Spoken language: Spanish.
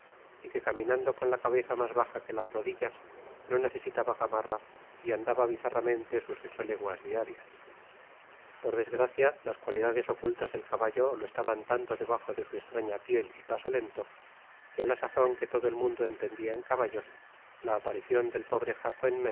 y que caminando con la cabeza mas baja que las rodillas no necesitaba gamarra y andaba bizarramente sus ocho leguas diarias por desgracia las cualidades ocultas del caballo lo estaban tanto debajo de su estraña piel y paso lento que á la sazon que todo el mundo entendia en caballos la aparicion del pobre jaco en